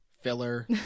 Filler